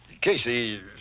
Casey